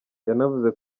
yanavuze